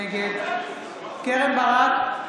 נגד קרן ברק,